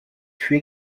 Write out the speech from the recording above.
fut